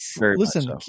listen